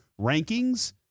rankings